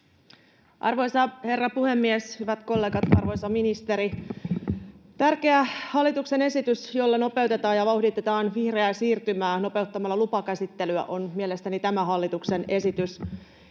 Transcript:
Arvoisa herra puhemies! Hyvät kollegat, arvoisa ministeri! Tärkeä hallituksen esitys, jolla nopeutetaan ja vauhditetaan vihreää siirtymää nopeuttamalla lupakäsittelyä, on mielestäni tämä hallituksen esitys.